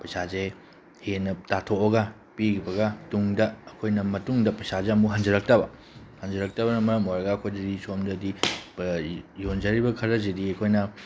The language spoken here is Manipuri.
ꯄꯩꯁꯥꯁꯦ ꯍꯦꯟꯅ ꯇꯥꯊꯣꯛꯑꯒ ꯄꯤꯈꯤꯕꯒ ꯇꯨꯡꯗ ꯑꯩꯈꯣꯏꯅ ꯃꯇꯨꯡꯗ ꯄꯩꯁꯥꯁꯦ ꯑꯃꯨꯛ ꯍꯟꯖꯤꯜꯂꯛꯇꯕ ꯍꯟꯖꯤꯜꯂꯛꯇꯕꯟ ꯃꯔꯝ ꯑꯣꯏꯔꯒ ꯑꯩꯈꯣꯏꯗꯗꯤ ꯁꯣꯝꯗꯗꯤ ꯌꯣꯟꯖꯔꯤꯕ ꯈꯔꯁꯤꯗꯤ ꯑꯩꯈꯣꯏꯅ